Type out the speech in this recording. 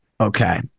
okay